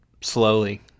slowly